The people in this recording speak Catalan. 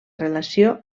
relació